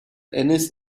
ennis